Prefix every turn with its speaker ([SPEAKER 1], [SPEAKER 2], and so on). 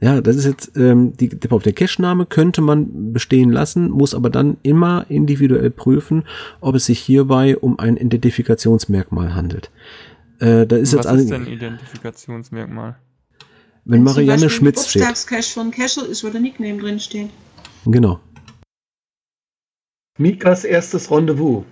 [SPEAKER 1] Ja, das ist jetzt, ähm, die- die- der Cache-Name könnte man bestehen lassen, muss aber dann immer individuell prüfen, ob es sich hierbei um ein Identifikationsmerkmal handelt. Äh, da ist
[SPEAKER 2] Und
[SPEAKER 1] jetzt
[SPEAKER 2] was
[SPEAKER 1] alles-
[SPEAKER 2] ist denn ein Identifikationsmerkmal?
[SPEAKER 1] Wenn
[SPEAKER 3] Wenn zum
[SPEAKER 1] Marianne
[SPEAKER 3] Beispiel die
[SPEAKER 1] Schmitz steht.
[SPEAKER 3] Geburtstagscache von Cashel ist, wo der Nickname drinsteht.
[SPEAKER 1] Genau.
[SPEAKER 4] Mikas erstes Rendezvous.